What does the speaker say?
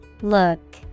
Look